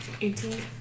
Eighteen